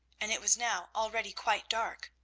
and it was now already quite dark.